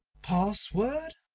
password?